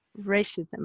racism